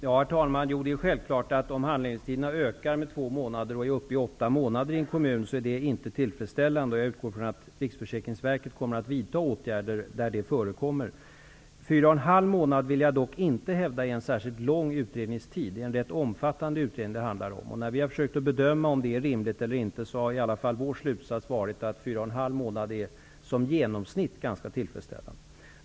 Herr talman! Det är självfallet otillfredsställande om handläggningstiderna i en kommun ökar med två månader och nu är uppe i åtta månader. Jag utgår från att Riksförsäkringsverket vidtar åtgärder där detta förekommer. Jag vill dock hävda att fyra och en halv månad inte är en särskilt lång utredningstid. Det är fråga om rätt omfattande utredningar. När vi har försökt bedöma om utredningstiderna är rimliga eller inte, har vår slutsats varit att fyra och en halv månad i genomsnitt är ganska tillfredsställande.